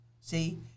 See